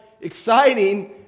exciting